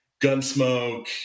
Gunsmoke